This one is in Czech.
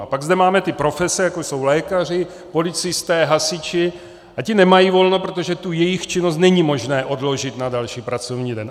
A pak zde máme profese, jako jsou lékaři, policisté, hasiči, a ti nemají volno, protože jejich činnost není možné odložit na další pracovní den.